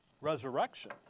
resurrection